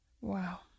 Wow